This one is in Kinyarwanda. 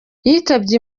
yitabye